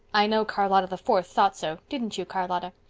i know charlotta the fourth thought so, didn't you, charlotta?